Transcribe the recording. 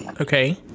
Okay